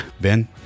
ben